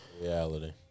Reality